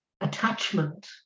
attachment